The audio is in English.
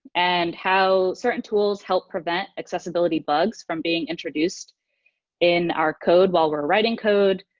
and how certain tools help prevent accessibility bugs from being introduced in our code while we are writing code,